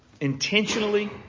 intentionally